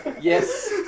yes